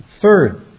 Third